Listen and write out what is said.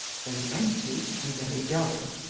very empty, and very dull.